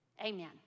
Amen